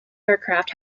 aircraft